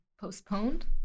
postponed